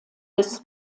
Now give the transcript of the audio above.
des